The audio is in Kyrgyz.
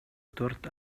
төрт